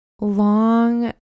long